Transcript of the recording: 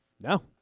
No